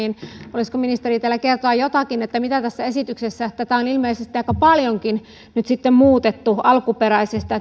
olisiko ministeri teillä kertoa jotakin mitä siellä on tätä on ilmeisesti aika paljonkin nyt sitten muutettu alkuperäisestä